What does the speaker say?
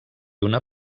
una